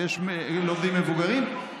ויש לומדים מבוגרים,